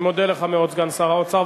אני מודה לך מאוד סגן שר האוצר.